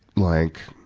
like